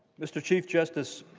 mr. chief justice.